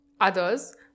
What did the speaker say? Others